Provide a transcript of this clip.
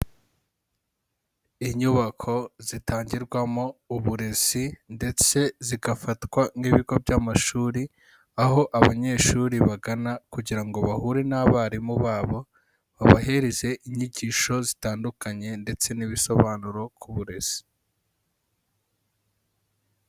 Inyubako zitangirwamo uburezi ndetse zigafatwa nk'ibigo by'amashuri, aho abanyeshuri bagana kugira ngo bahure n'abarimu babo, babahereze inyigisho zitandukanye ndetse n'ibisobanuro ku burezi.